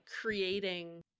creating